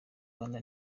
rwanda